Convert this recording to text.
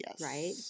right